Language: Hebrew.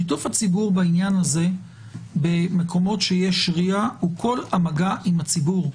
שיתוף הציבור בעניין זה במקומות שיש רי"ע הוא כל המגע עם הציבור.